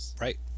Right